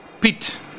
Pete